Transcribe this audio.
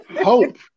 Hope